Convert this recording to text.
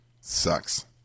Sucks